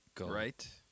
Right